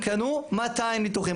הם קנו 200 ניתוחים.